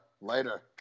Later